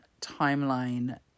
timeline